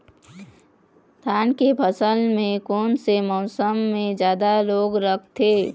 धान के फसल मे कोन से मौसम मे जादा रोग लगथे?